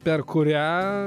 per kurią